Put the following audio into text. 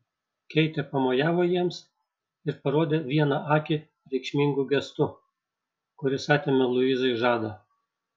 keitė pamojavo jiems ir parodė vieną akį reikšmingu gestu kuris atėmė luizai žadą